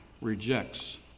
rejects